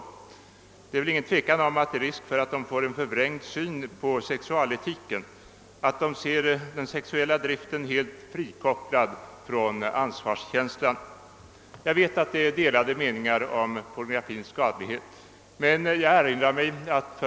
Det råder väl ingen tvekan om att de kan få en förvrängd syn på sexualetiken, att de ser sexualdriften helt frikopplad från ansvarskänsla. Jag vet att det finns delade meningar om pornografins skadlighet men jag vill ta ett exempel.